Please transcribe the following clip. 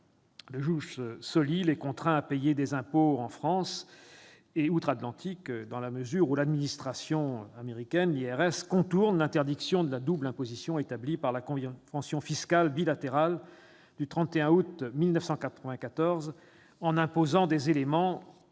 Le contraint ces derniers à payer des impôts en France et outre-Atlantique, dans la mesure où l'administration américaine, l', ou IRS, contourne l'interdiction de la double imposition, établie par la convention fiscale bilatérale du 31 août 1994, en imposant des éléments qui